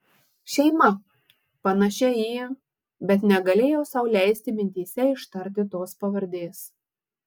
šeima panašia į bet negalėjau sau leisti mintyse ištarti tos pavardės